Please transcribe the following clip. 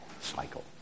cycle